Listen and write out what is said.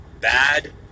bad